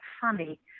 funny